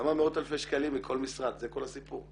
כמה מאות אלפי שקלים לכל משרד, זה כל הסיפור.